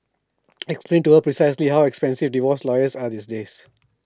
explain to her precisely how expensive divorce lawyers are these days